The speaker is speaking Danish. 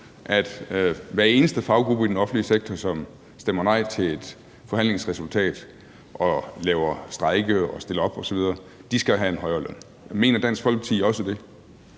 at hver eneste faggruppe i den offentlige sektor, som stemmer nej til et forhandlingsresultat og laver strejke og stiller op osv., skal have en højere løn? Mener Dansk Folkeparti også det?